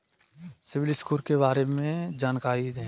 CIBIL score के बारे में जानकारी दें?